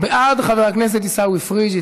בעד חבר הכנסת עיסאווי פריג'